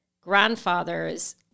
grandfather's